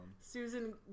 Susan